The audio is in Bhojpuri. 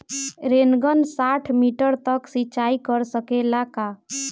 रेनगन साठ मिटर तक सिचाई कर सकेला का?